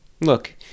look